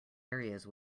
areas